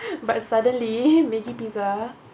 but suddenly making pizza